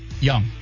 young